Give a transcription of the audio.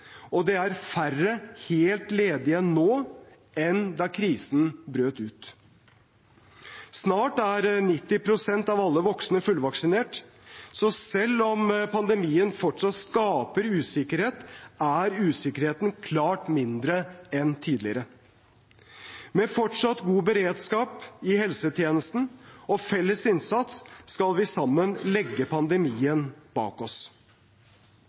og det er færre helt ledige nå enn da krisen brøt ut. Snart er 90 pst. av alle voksne fullvaksinert. Så selv om pandemien fortsatt skaper usikkerhet, er usikkerheten klart mindre enn tidligere. Med fortsatt god beredskap i helsetjenesten og felles innsats skal vi sammen legge pandemien bak oss.